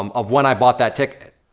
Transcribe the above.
um of when i bought that ticket.